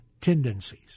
tendencies